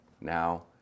now